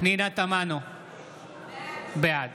בעד